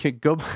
go